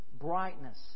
brightness